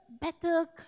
better